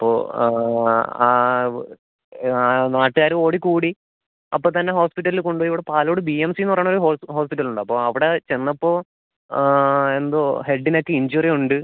അപ്പോൾ നാട്ടുകാർ ഓടിക്കൂടി അപ്പം തന്നെ ഹോസ്പിറ്റലിൽ കൊണ്ടുപോയി ഇവിടെ പാലോട് ബി എം സി എന്ന് പറയുന്ന ഒരു ഹോസ്പിറ്റലുണ്ട് അപ്പോൾ അവിടെ ചെന്നപ്പോൾ എന്തോ ഹെഡിനൊക്കെ ഇൻജുറി ഉണ്ട്